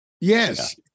Yes